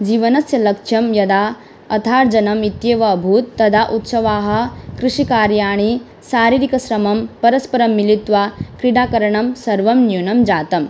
जीवनस्य लक्ष्यं यदा अर्थार्जनम् इत्येव अभूत् तदा उत्सवाः कृषिकार्याणि शारीरिकश्रमं परस्परं मिलित्वा क्रीडाकरणं सर्वं न्यूनं जातम्